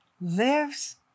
lives